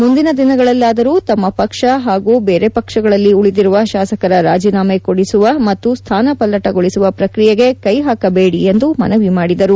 ಮುಂದಿನ ದಿನಗಳಲ್ಲಾದರೂ ತಮ್ಮ ಪಕ್ಷ ಹಾಗೂ ಬೇರೆ ಪಕ್ಷಗಳಲ್ಲಿ ಉಳಿದಿರುವ ಶಾಸಕರ ರಾಜೀನಾಮೆ ಕೊಡಿಸುವ ಮತ್ತು ಸ್ಥಾನಪಲ್ಪಟಗೊಳಿಸುವ ಪ್ರಕ್ರಿಯೆಗೆ ಕೈ ಹಾಕಬೇಡಿ ಎಂದು ಮನವಿ ಮಾಡಿದರು